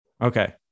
Okay